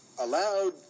allowed